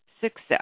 success